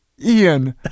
ian